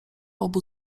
obu